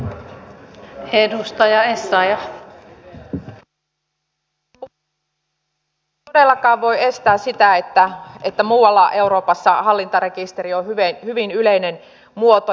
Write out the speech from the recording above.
me emme todellakaan voi estää sitä että muualla euroopassa hallintarekisteri on hyvin yleinen muoto